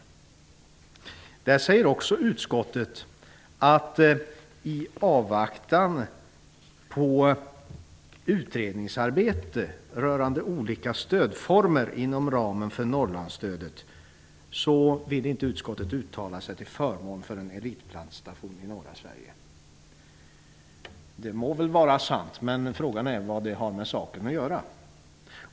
I det sammanhanget säger utskottet att i avvaktan på utredningsarbetet rörande olika stödformer inom ramen för Norrlandsstödet vill inte utskottet uttala sig till förmån för en elitplantstation i norra Sverige. Det må vara sant, men frågan är vad det har med saken att göra.